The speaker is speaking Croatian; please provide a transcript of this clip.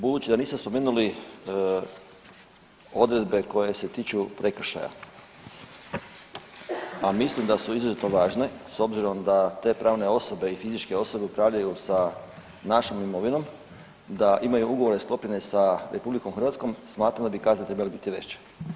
Budući da niste spomenuli odredbe koje se tiču prekršaja, a mislim da su izuzetno važne s obzirom da te pravne osobe i fizičke osobe upravljaju sa našom imovinom, da imaju ugovore sklopljene sa RH smatramo da bi kazne trebale biti veće.